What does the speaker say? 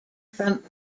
from